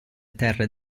terre